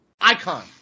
icon